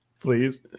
Please